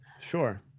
Sure